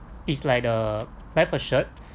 it's like the life assured